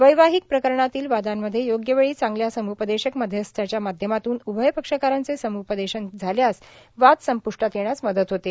वैवाहिक प्रकरणातील वादांमध्ये योग्यवेळी चांगल्या समुपदेशक मध्यस्थाच्या माध्यमातून उभय पक्षकाराचे समुपदेशन झाल्यास वाद संपुष्टात येण्यास मदत होते